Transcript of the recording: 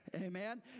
Amen